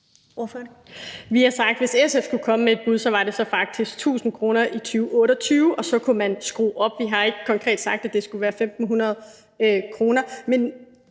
Vi har sagt, at hvis SF skulle komme med et bud, så var det faktisk 1.000 kr. i 2028, og så kunne man skrue op. Vi har ikke konkret sagt, at det skulle være 1.500 kr.